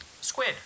squid